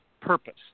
purpose